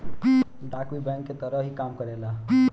डाक भी बैंक के तरह ही काम करेला